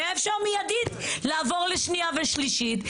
היה אפשר מיידית לעבור לשנייה ושלישית.